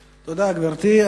תודה, גברתי.